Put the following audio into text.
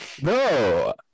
No